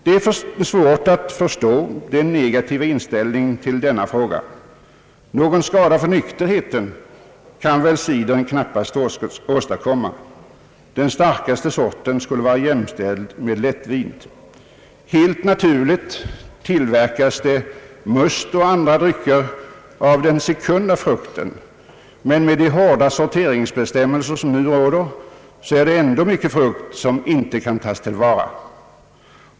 Det är svårt att förstå den negativa inställningen till denna fråga. Någon skada för nykterheten kan väl cidern knappast åstadkomma. Den starkaste sorten skulle vara jämställd med lättvin. Helt naturligt tillverkas must och andra drycker av den sekunda frukten, men med de hårda sorteringsbestämmelser, som nu råder, är det mycket frukt som inte kan tagas till vara.